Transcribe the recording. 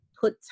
put